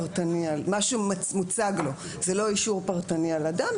מה שמוצג לו זה לא אישור פרטני על אדם,